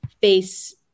face